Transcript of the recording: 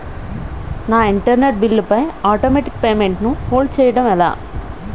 నా internet bill పై automatic payment ను హోల్డ్ చేయటం ఎలా?